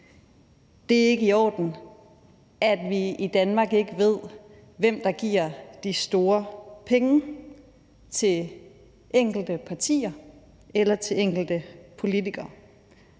Det er ikke i orden, at vi i Danmark ikke ved, hvem der giver de store pengebeløb til enkelte partier eller til enkelte